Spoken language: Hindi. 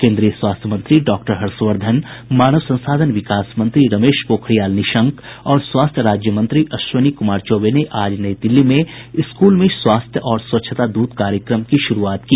केन्द्रीय स्वास्थ्य मंत्री डॉक्टर हर्षवर्धन मानव संसाधन विकास मंत्री रमेश पोखरियाल निशंक और स्वास्थ्य राज्यमंत्री अश्विनी कुमार चौबे ने आज नई दिल्ली में स्कूल में स्वास्थ्य और स्वच्छता दूत कार्यक्रम की शुरूआत की